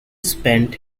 spent